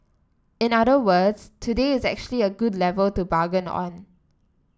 in other words today is actually a good level to bargain on